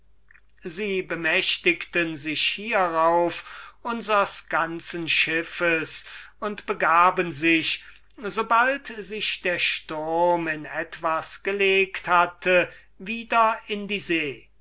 sie bemächtigten sich hierauf unsers ganzen schiffes und begaben sich so bald sich der sturm in etwas gelegt hatte wieder in die see